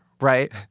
Right